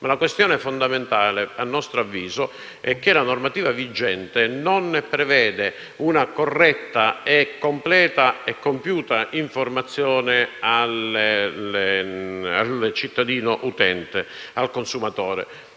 La questione fondamentale, a nostro avviso, è che la normativa vigente non prevede una corretta, completa e compiuta informazione al cittadino utente, al consumatore.